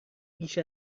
بیش